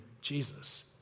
Jesus